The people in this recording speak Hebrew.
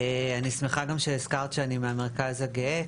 אני שמחה גם שהזכרת שאני מהמרכז הגאה,